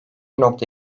nokta